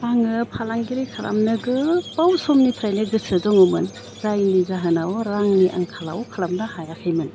आङो फालांगिरि खालामनो गोबाव समनिफ्राय गोसो दङमोन जायनि जाहोनाव रांनि आंखालाव खालामनो हायाखैमोन